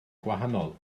gwahanol